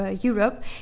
Europe